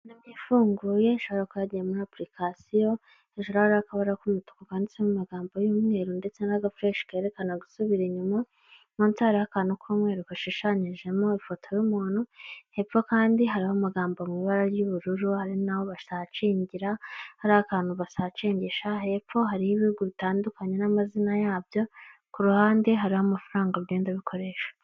Ifunguye shyira kode muri apulikasiyo, hejuru hariho akabara k’umutuku kanditsemo amagambo y'umweru ndetse n'agafeshi kerekana gusubira inyuma. Munsi hariho akantu k'umweru gashushanyijemo ifoto y'umuntu. Hepfo kandi hariho amagambo mu ibara ry'ubururu ari naho basacingira hari akantu basacingisha. Hepfo hari ibihugu bitandukanye n'amazina yabyo ku ruhande hari amafaranga bigenda bikoresha.